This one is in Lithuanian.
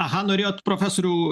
aha norėjote profesoriau